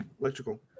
Electrical